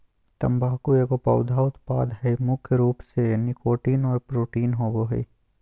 तम्बाकू एगो पौधा उत्पाद हइ मुख्य रूप से निकोटीन और प्रोटीन होबो हइ